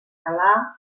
català